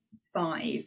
five